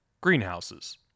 greenhouses